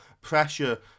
pressure